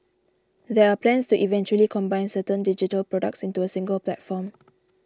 there are plans to eventually combine certain digital products into a single platform